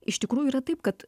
iš tikrųjų yra taip kad